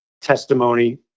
testimony